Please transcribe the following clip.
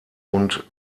und